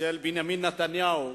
של בנימין נתניהו,